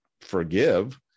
forgive